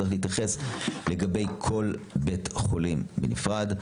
צריך להתייחס לכל בית חולים בנפרד.